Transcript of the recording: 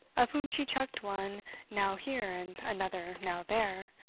of whom she chucked one now here and another now there,